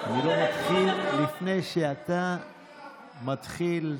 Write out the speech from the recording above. לפני שאתה מתחיל,